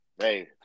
hey